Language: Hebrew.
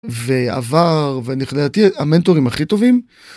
ועבר ולדעתי המנטורים הכי טובים.